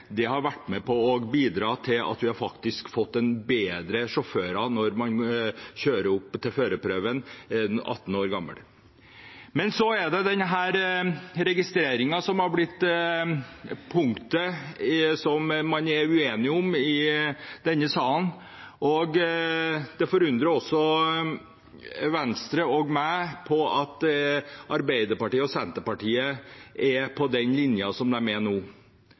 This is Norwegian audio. har vært med på å bidra til at vi har fått bedre sjåfører når man 18 år gammel kjører opp til førerprøven. Men så er det denne registreringen som har blitt punktet man er uenig om i salen. Det forundrer også Venstre og meg at Arbeiderpartiet og Senterpartiet er på den linjen de er nå. Her har man altså avdekket at det er